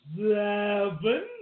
seven